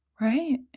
right